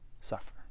Suffer